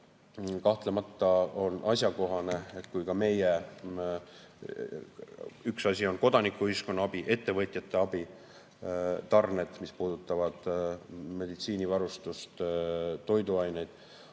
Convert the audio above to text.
kahtlemata asjakohane. Üks asi on kodanikuühiskonna abi, ettevõtjate abi, tarned, mis puudutavad meditsiinivarustust ja toiduaineid,